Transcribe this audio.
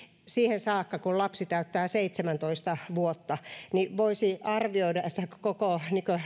siihen saakka kun lapsi täyttää seitsemäntoista vuotta niin voisi arvioida että koko